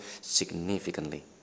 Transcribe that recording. significantly